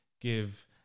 give